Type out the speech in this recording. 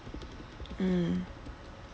mm